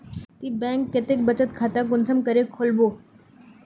ती बैंक कतेक बचत खाता कुंसम करे खोलबो?